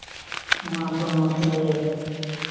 ᱱᱚᱶᱟ ᱯᱚᱱᱚᱛᱨᱮ